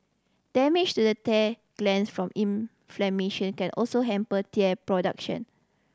damage to the tire glands from inflammation can also hamper tear production